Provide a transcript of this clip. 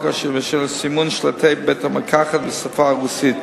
באשר לסימון שלטי בית-המרקחת בשפה הרוסית.